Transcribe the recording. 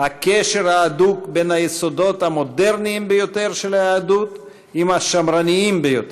הקשר ההדוק בין היסודות המודרניים ביותר של היהדות עם השמרניים ביותר.